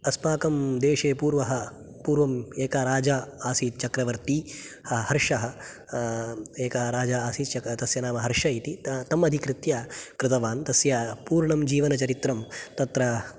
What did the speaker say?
अस्माकं देशे पूर्वः पूर्वम् एका राजा आसीत् चक्रवर्ती हर्षः एका राजा आसीत् तस्य नाम हर्ष इति तम् अधिकृत्य कृतवान् तस्य पूर्णं जीवनचरित्रं तत्र